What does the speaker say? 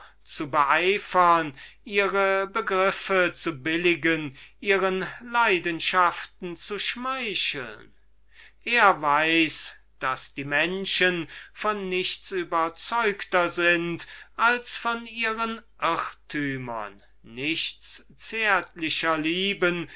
zu beeifern ihre begriffe zu billigen ihren leidenschaften zu schmeicheln er weiß daß die menschen von nichts überzeugter sind als von ihren irrtümern und nichts zärtlicher lieben